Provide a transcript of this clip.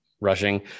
rushing